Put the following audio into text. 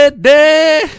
day